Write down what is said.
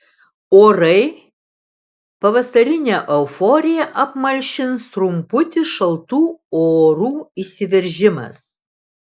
orai pavasarinę euforiją apmalšins trumputis šaltų orų įsiveržimas